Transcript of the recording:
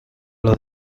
los